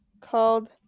called